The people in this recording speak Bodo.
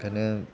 ओंखायनो